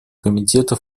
комитета